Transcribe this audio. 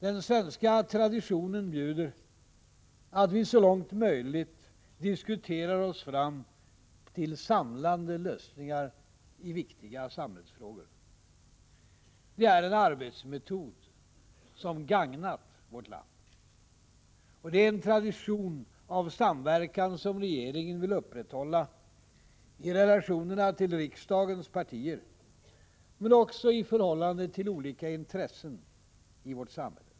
Den svenska traditionen bjuder att vi så långt möjligt diskuterar oss fram till samlande lösningar i viktiga samhällsfrågor. Det är en arbetsmetod som gagnat vårt land. Det är en tradition av samverkan som regeringen vill upprätthålla i relationerna till riksdagens partier men också i förhållande till olika intressen i vårt samhälle.